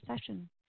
session